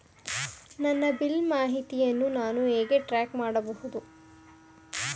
ನನ್ನ ಬಿಲ್ ಪಾವತಿಯನ್ನು ನಾನು ಹೇಗೆ ಟ್ರ್ಯಾಕ್ ಮಾಡಬಹುದು?